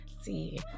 see